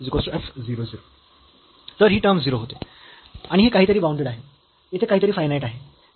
तर ही टर्म 0 होते आणि हे काहीतरी बाऊंडेड आहे येथे काहीतरी फायनाईट आहे